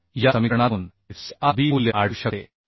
तर या समीकरणातून f c r b मूल्य आढळू शकते